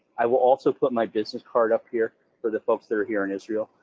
i will also put my business card up here for the folks that are here in israel.